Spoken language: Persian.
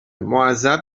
معذب